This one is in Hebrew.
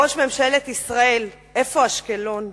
ראש ממשלת ישראל, איפה אשקלון?